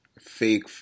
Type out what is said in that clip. fake